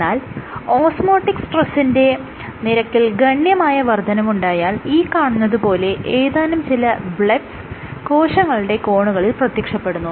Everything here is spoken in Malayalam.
എന്നാൽ ഓസ്മോറ്റിക് സ്ട്രെസ്സിന്റെ നിരക്കിൽ ഗണ്യമായ വർദ്ധനവുണ്ടായാൽ ഈ കാണുന്നത് പോലെ ഏതാനും ചില ബ്ലെബ്സ് കോശങ്ങളുടെ കോണുകളിൽ പ്രത്യക്ഷപ്പെടുന്നു